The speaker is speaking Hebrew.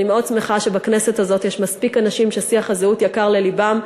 אני מאוד שמחה שבכנסת הזאת יש מספיק אנשים ששיח הזהות יקר ללבם,